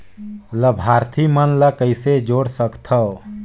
लाभार्थी मन ल कइसे जोड़ सकथव?